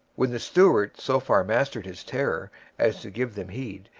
when the steward so far mastered his terror as to give them heed,